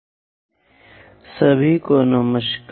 conic अनुभाग x सभी को नमस्कार